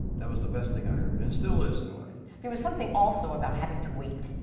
that was the best thing i heard. and still is, in a way. there was something also about having to wait.